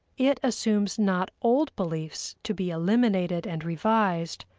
it assumes not old beliefs to be eliminated and revised,